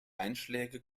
einschläge